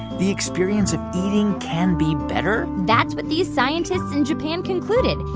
the experience of eating can be better? that's what these scientists in japan concluded.